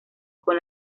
con